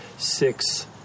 Six